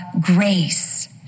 grace